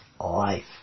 life